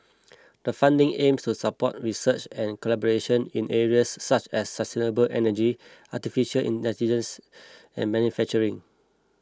the funding aims to support research and collaboration in areas such as sustainable energy Artificial Intelligence and manufacturing